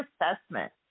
assessment